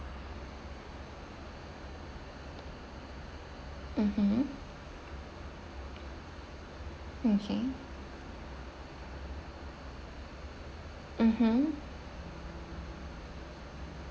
mmhmm okay mmhmm